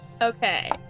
Okay